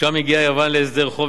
שם הגיעה יוון להסדר חוב,